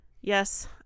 yes